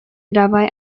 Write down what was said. dabei